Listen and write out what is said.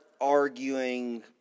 arguing